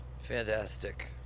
Fantastic